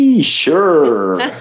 Sure